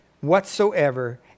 whatsoever